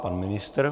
Pan ministr.